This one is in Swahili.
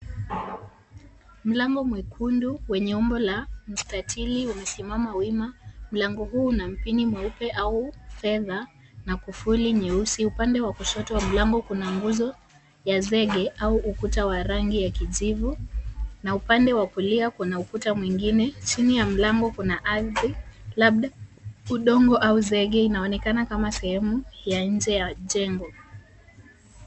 Mlango mwekundu mwenye umbo la mstatili umesimama wima. Mlango huu una mpini mweupe au fedha na kufuli nyeusi, upande wa kushoto wa mlango kuna nguzo ya zege au ukuta wa rangi ya kijivu na upande wa kulia kuna ukuta mwingine. Chini ya mlango kuna ardhi, labda udongo au zege inaonekana kama sehemu ya nje ya jengo.